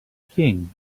king